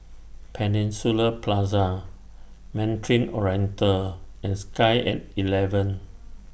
Peninsula Plaza Mandarin Oriental and Sky At eleven